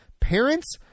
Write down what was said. Parents